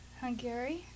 Hungary